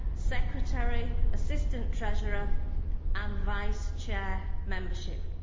secretary, assistant treasurer and vice chair membership.